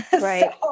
Right